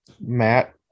Matt